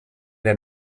der